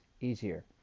easier